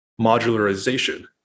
modularization